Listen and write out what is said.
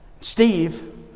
Steve